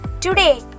Today